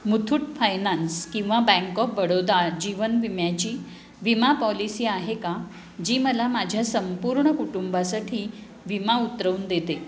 मुथूट फायनान्स किंवा बँक ऑफ बडोदा जीवन विम्याची विमा पॉलिसी आहे का जी मला माझ्या संपूर्ण कुटुंबासाठी विमा उतरवून देते